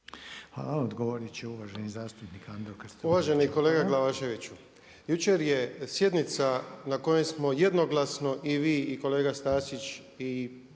**Krstulović Opara, Andro (HDZ)** Uvaženi kolega Glavaševiću, jučer je sjednica na kojoj smo jednoglasno i vi i kolega Stazić i